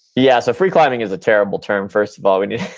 yeah so free climbing is a terrible term first of all. we need